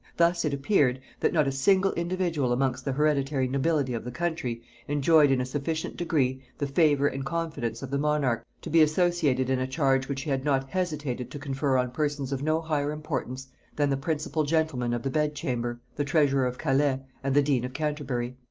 thus it appeared, that not a single individual amongst the hereditary nobility of the country enjoyed in a sufficient degree the favor and confidence of the monarch, to be associated in a charge which he had not hesitated to confer on persons of no higher importance than the principal gentlemen of the bed-chamber, the treasurer of calais, and the dean of canterbury.